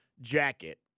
jacket